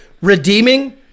redeeming